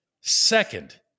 second